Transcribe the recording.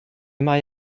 mae